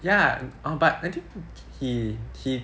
ya oh but I think he he